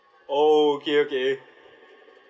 oh okay okay